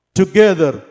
together